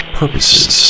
purposes